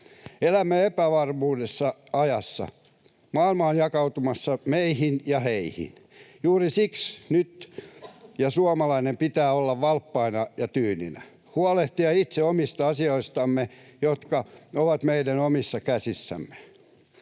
Elämme epävarmassa ajassa. Maailma on jakautumassa meihin ja heihin. Juuri siksi nyt suomalaisten pitää olla valppaina ja tyyninä, huolehtia itse omista asioistamme, jotka ovat meidän omissa käsissämme.